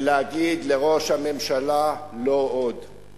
ולהגיד לראש הממשלה: לא עוד.